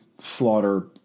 slaughter